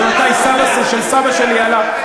ומתי סבא של סבא שלי עלה.